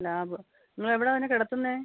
lab നിങ്ങൾ എവിടെ അതിനെ കിടത്തുന്നത്